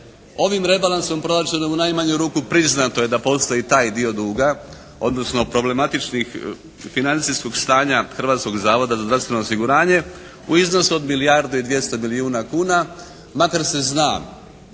Ovim rebalansom proračuna u najmanju ruku priznato je da postoji taj dio duga odnosno problematičnih financijskog stanja Hrvatskog zavoda za zdravstveno osiguranje u iznosu od milijardu i 200 milijuna kuna, makar se zna